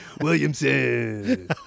Williamson